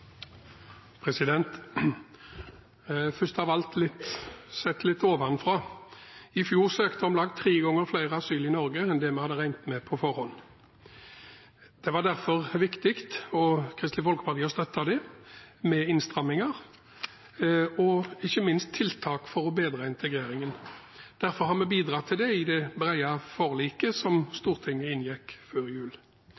Først av alt, sett litt ovenfra: I fjor søkte om lag tre ganger flere asyl i Norge enn det vi hadde regnet med på forhånd. Det var derfor viktig for Kristelig Folkeparti å støtte dem – med innstramminger og ikke minst tiltak for å bedre integreringen. Derfor har vi bidratt til det i det brede forliket som